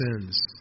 sins